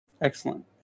Excellent